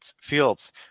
fields